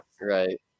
right